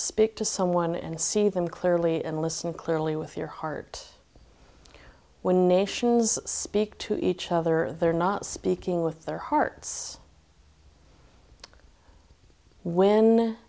speak to someone and see them clearly and listen clearly with your heart when nations speak to each other they're not speaking with their hearts when